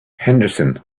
henderson